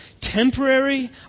temporary